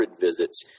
visits